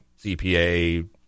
CPA